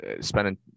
spending